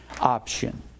option